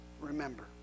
Remember